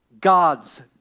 God's